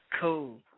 Cool